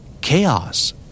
Chaos